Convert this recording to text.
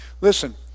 Listen